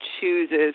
chooses